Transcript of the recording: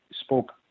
spoke